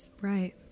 Right